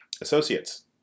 associates